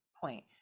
point